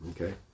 Okay